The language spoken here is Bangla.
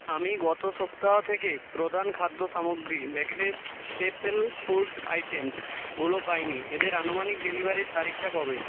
আমি গত সপ্তাহ থেকে প্রধান খাদ্য সামগ্রী ম্যাগনেস স্টেপল ফুড আইটেমসগুলো পাই নি এদের আনুমানিক ডেলিভারির তারিখটা কবে